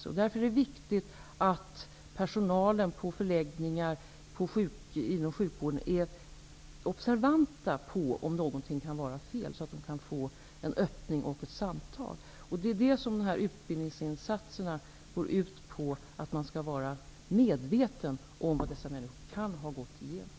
Det är därför viktigt att personalen på förläggningar och inom sjukvården är observant på om något är fel, så att man i så fall kan få till stånd en öppning och ett samtal. Utbildningsinsatserna går ut just på att man skall vara medveten om vad dessa människor kan ha gått igenom.